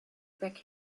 back